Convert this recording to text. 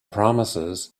promises